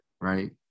right